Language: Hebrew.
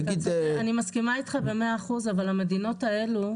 אני מסכימה איתך במאה אחוז אבל המדינות האלה,